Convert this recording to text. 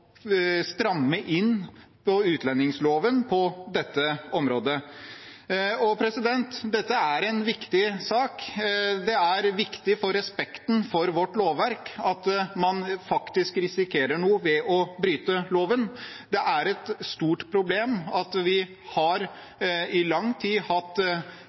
stramme inn på utlendingsloven på dette området. Dette er en viktig sak. Det er viktig for respekten for vårt lovverk at man faktisk risikerer noe ved å bryte loven. Det er et stort problem at vi har – i lang tid – hatt